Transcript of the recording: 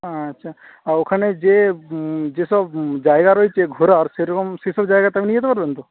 আচ্ছা ওখানে যে যে সব জায়গা রয়েছে ঘোরার সে রকম সে সব জায়গাতে নিয়ে যেতে পারবেন তো